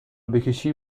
بکشی